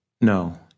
No